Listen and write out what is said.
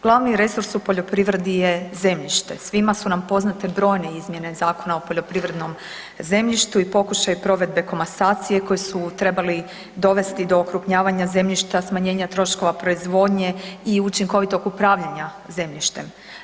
Glavni resurs u poljoprivredi je zemljište, svima su nam poznate brojne izmjene Zakona o poljoprivrednom zemljištu i pokušaj provedbe komasacije koji su trebali dovesti do okrupnjavanja zemljišta smanjenja troškova proizvodnje i učinkovitog upravljanja zemljištem.